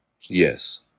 Yes